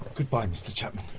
but mr chapman